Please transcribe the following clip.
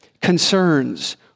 concerns